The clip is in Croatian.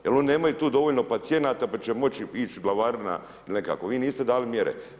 Jel' oni nemaju tu dovoljno pacijenata pa će moći ići glavarina ili nekako, vi niste dali mjere.